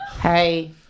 Hey